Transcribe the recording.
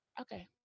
okay